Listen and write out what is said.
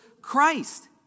christ